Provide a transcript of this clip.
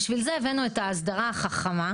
בשביל זה הבאנו את ההסדרה החכמה.